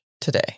today